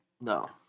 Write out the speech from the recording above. No